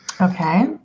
okay